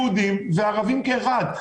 יהודים וערבים כאחד.